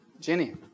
Jenny